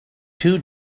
two